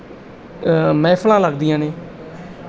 ਮਹਿਫ਼ਲਾਂ ਲੱਗਦੀਆਂ ਨੇ